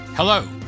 Hello